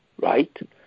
right